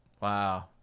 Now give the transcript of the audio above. Wow